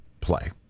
play